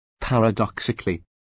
Paradoxically